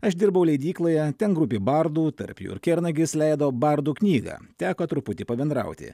aš dirbau leidykloje ten grupė bardų tarp jų ir kernagis leido bardų knygą teko truputį pabendrauti